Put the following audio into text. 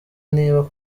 niba